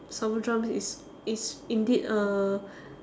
salvo drums is is indeed a